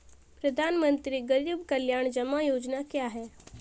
प्रधानमंत्री गरीब कल्याण जमा योजना क्या है?